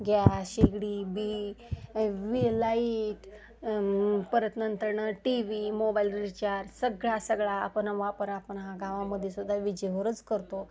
gas शेगडी बी वे लाईट परत नंतरनं टी वी मोबाईल रिचार्ज सगळा सगळा आपण वापर आपण हा गावामध्ये सुद्धा विजेवरच करतो